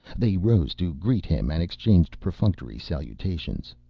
they rose to greet him and exchanged perfunctory salutations.